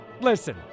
Listen